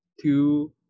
two